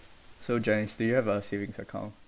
so janice do you have a savings account